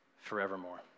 forevermore